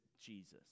Jesus